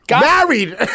Married